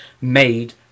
made